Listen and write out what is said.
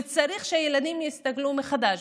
וצריך שהילדים יסתגלו מחדש,